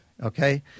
Okay